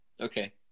Okay